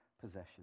possessions